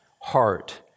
heart